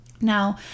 Now